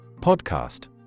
Podcast